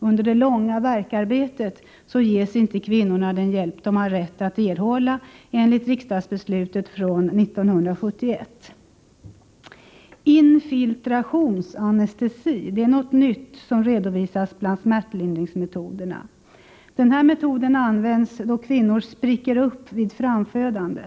Under det långa värkarbetet ges inte kvinnorna den hjälp de har rätt att erhålla enligt riksdagsbeslutet från 1971. Infiltrationsanestesi är något nytt som redovisas bland smärtlindringsmetoderna. Denna metod används då kvinnor spricker upp vid framfödandet.